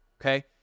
okay